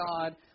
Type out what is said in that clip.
God